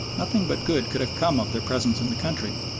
nothing but good could have come of their presence in the country.